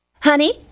Honey